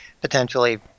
potentially